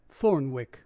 Thornwick